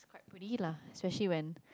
quite pretty lah especially when